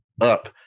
up